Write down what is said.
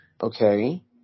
Okay